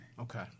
Okay